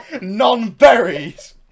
Non-berries